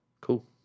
Cool